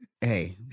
Hey